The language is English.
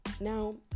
Now